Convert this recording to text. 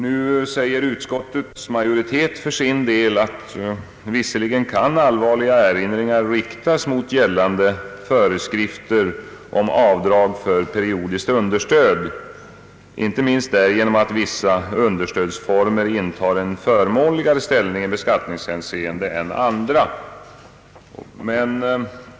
Nu säger utskottets majoritet för sin del, att visserligen kan allvarliga erinringar riktas mot gällande föreskrifter om avdrag för periodiskt understöd, inte minst därigenom att vissa understödsformer intar en förmånligare ställning i beskattningshänseende än andra.